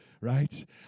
right